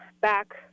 back